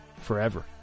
forever